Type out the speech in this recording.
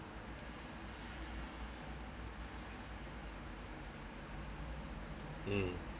um